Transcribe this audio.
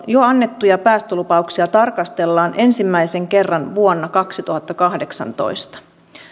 jo annettuja päästölupauksia tarkastellaan ensimmäisen kerran vuonna kaksituhattakahdeksantoista